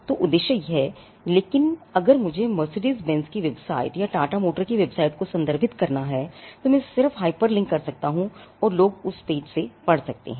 तो यह उद्देश्य है लेकिन अगर मुझे मर्सिडीज बेंज की वेबसाइट या टाटा मोटर की वेबसाइट को संदर्भित करना है तो मैं सिर्फ हाइपरलिंक कर सकता हूं और लोग उस पेज से पढ़ सकते हैं